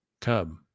Cub